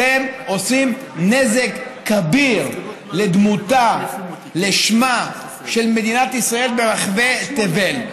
אתם עושים נזק כביר לדמותה ולשמה של מדינת ישראל ברחבי תבל.